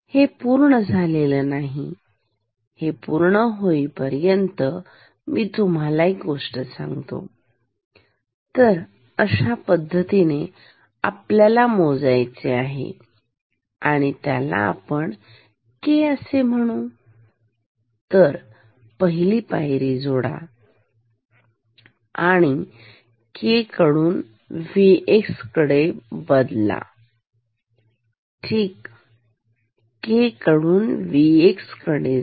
हे पूर्ण झालेले नाही हे पूर्ण होईपर्यंत मी तुम्हाला एक गोष्ट सांगतो तर अशा पद्धतीने आपल्याला मोजायचे आहे आणि त्याला आपण K असे म्हणून तर पहिली पायरी जोडा किंवा K कडून Vx कडे बदला ठीक K कडून Vx कडे जा